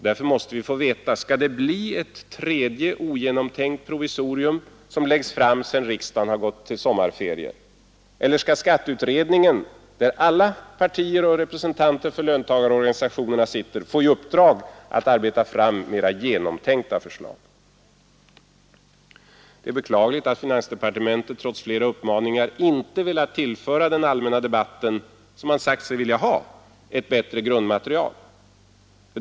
Därför måste vi få veta: Skall det bli ett tredje ogenomtänkt provisorium som läggs fram sedan riksdagen gått till sommarferier? Eller skall skatteutredningen — där alla partier och representanter för löntagarorganisationerna sitter — få i uppdrag att arbeta fram mer genomtänkta förslag? Det är beklagligt att finansdepartementet trots flera uppmaningar inte velat tillföra den allmänna debatt man sagt sig vilja ha ett bättre grundmaterial.